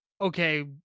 okay